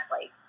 like-